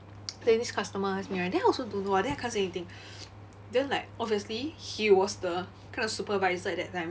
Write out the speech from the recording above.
then this customer asked me right then I also don't know [what] then I can't say anything then like obviously he was the kind of supervisor at that time